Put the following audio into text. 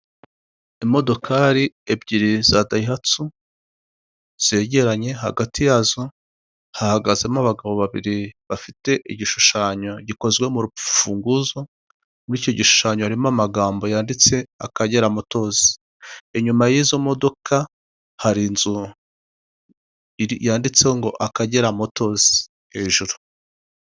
Imodokari ebyiri za daihatsu zegeranye, hagati yazo hahagazemo abagabo babiri bafite igishushanyo gikozwe mu rufunguzo, muri icyo gishushanyo harimo amagambo yanditse AKAGERA motors. Inyuma y'izo modoka, hari inzu yanditseho ngo AKAGERA motors hejuru.